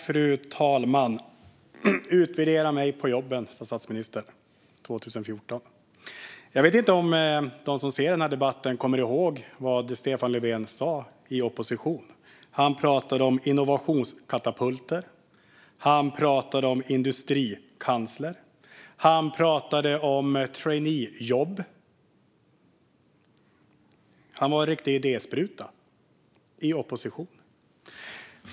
Fru talman! Utvärdera mig på jobben, sa statsministern 2014. Jag vet inte om de som ser den här debatten kommer ihåg vad Stefan Löfven sa i opposition. Han pratade om innovationskatapulter. Han pratade om industrikansler. Han pratade om traineejobb. Han var en riktig idéspruta i opposition.